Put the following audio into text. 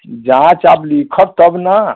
जाँच अब लिखत तब ना